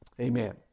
Amen